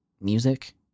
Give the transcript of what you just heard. music